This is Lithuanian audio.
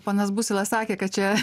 ponas busila sakė kad čia